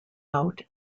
out